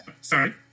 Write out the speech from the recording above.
Sorry